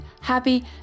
happy